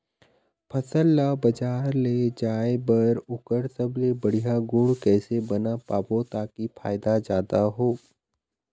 फसल ला बजार ले जाए बार ओकर सबले बढ़िया गुण कैसे बना पाबो ताकि फायदा जादा हो?